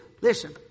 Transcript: listen